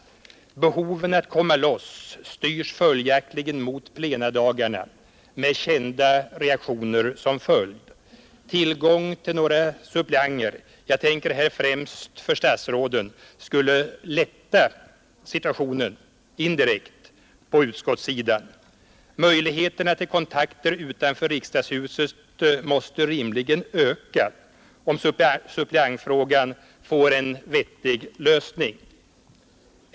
Behoven av att komma loss styrs följaktligen mot plenidagarna med kända reaktioner som följd. Tillgång till några suppleanter, främst för statsråden, skulle lätta situationen indirekt på utskottssidan. Möjligheterna till kontakter utanför riksdagshuset måste rimligen öka, om suppleantfrågan får en vettig lösning.